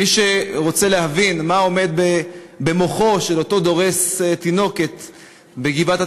מי שרוצה להבין מה עומד במוחו של אותו דורס תינוקת בגבעת-התחמושת,